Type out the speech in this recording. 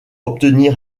obtenir